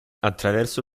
attraverso